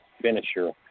finisher